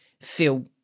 feel